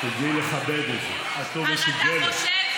אתה לא הבנת, חברת הכנסת